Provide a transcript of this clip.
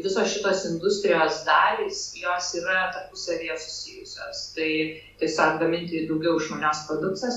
visos šitos industrijos dalys jos yra tarpusavyje susijusios tai tiesiog gaminti daugiau išmanios produkcijos